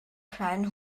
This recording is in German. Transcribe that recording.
kleinen